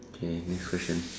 okay next question